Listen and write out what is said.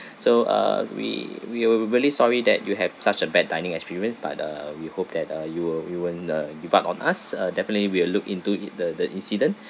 so uh we we were we're really sorry that you have such a bad dining experience but uh we hope that uh you will you won't uh give up on us uh definitely we will look into it the the incident